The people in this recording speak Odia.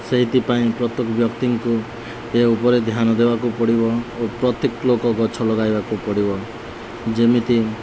ସେଇଥିପାଇଁ ପ୍ରତ୍ୟେକ ବ୍ୟକ୍ତିଙ୍କୁ ଏ ଉପରେ ଧ୍ୟାନ ଦେବାକୁ ପଡ଼ିବ ଓ ପ୍ରତ୍ୟେକ ଲୋକ ଗଛ ଲଗାଇବାକୁ ପଡ଼ିବ ଯେମିତି